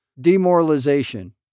demoralization